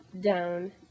down